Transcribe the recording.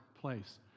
place